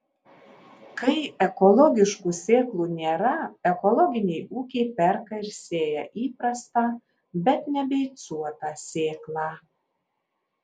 kai ekologiškų sėklų nėra ekologiniai ūkiai perka ir sėja įprastą bet nebeicuotą sėklą